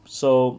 so